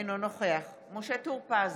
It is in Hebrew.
אינו נוכח משה טור פז,